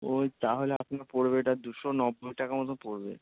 ওই তাহলে আপনার পড়বে এটা দুশো নব্বই টাকা মত পড়বে